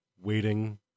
waiting